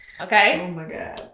Okay